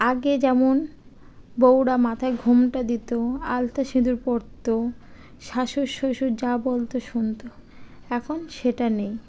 আগে যেমন বৌরা মাথায় ঘোমটা দিতো আলতা সিঁদুর পড়ত শাশুড়ি শ্বশুর যা বলতো শুনতো এখন সেটা নেই